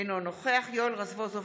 אינו נוכח יואל רזבוזוב,